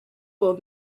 will